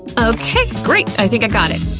okay great, i think i got it!